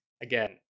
again